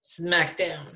SmackDown